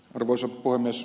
arvoisa puhemies